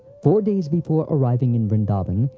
four days before arriving in vrindavan,